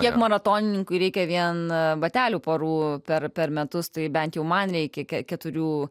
kiek maratonininkui reikia vieną batelių porų per per metus tai bent jau man reikia keturių